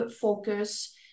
focus